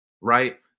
right